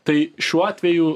tai šiuo atveju